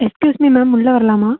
excuse me ma'am உள்ள வரலாமா